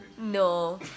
No